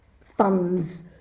funds